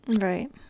right